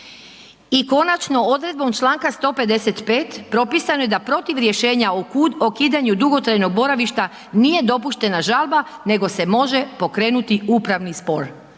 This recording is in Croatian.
I konačno, odrednom čl. 155. propisano je da protiv rješenja o ukidanju dugotrajnog boravišta nije dopuštena žalba nego se može pokrenuti upravni spor.